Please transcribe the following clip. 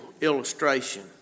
illustration